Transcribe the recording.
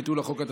ביטול החוק),